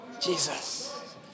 Jesus